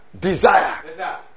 desire